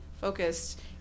focused